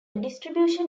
distribution